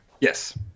Yes